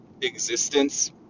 existence